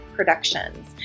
productions